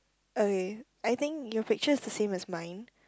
okay I think your picture is the same as mine